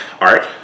Art